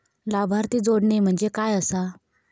लाभार्थी जोडणे म्हणजे काय आसा?